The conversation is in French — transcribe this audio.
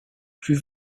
plus